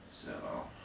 sad lor